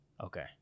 Okay